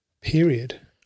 period